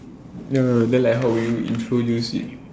ya then like how will you introduce it